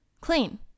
clean